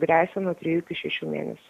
gresia nuo trijų iki šešių mėnesių